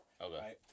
okay